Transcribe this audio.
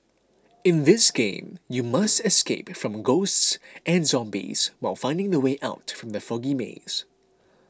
in this game you must escape from ghosts and zombies while finding the way out from the foggy maze